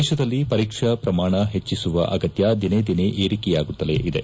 ದೇಶದಲ್ಲಿ ಪರೀಕ್ಷಾ ಶ್ರಮಾಣ ಹೆಚ್ಚಿಸುವ ಅಗತ್ತ ದಿನೇ ದಿನೇ ಏರಿಕೆಯಾಗುತ್ತಲೇ ಇದೆ